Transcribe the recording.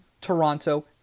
Toronto